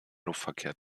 luftverkehr